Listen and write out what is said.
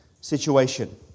situation